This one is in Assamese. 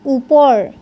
ওপৰ